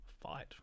fight